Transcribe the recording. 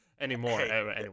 anymore